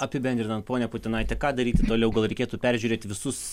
apibendrinant ponia putinaite ką daryti toliau gal reikėtų peržiūrėti visus